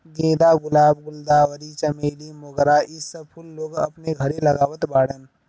गेंदा, गुलाब, गुलदावरी, चमेली, मोगरा इ सब फूल लोग अपने घरे लगावत बाड़न